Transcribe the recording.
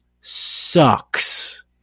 sucks